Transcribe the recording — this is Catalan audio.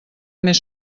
més